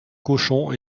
cochons